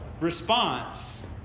response